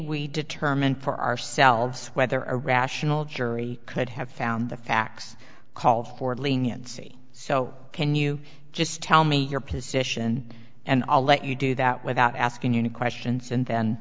we determine for ourselves whether a rational jury could have found the facts call for leniency so can you just tell me your position and i'll let you do that without asking any questions and then